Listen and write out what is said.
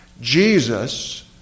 Jesus